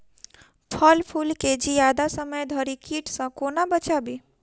फल फुल केँ जियादा समय धरि कीट सऽ कोना बचाबी?